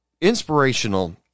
inspirational